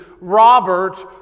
Robert